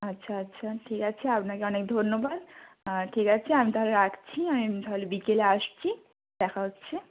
আচ্ছা আচ্ছা ঠিক আছে আপনাকে অনেক ধন্যবাদ আর ঠিক আছে আমি তাহলে রাখছি আমি তাহলে বিকেলে আসছি দেখা হচ্ছে